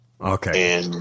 Okay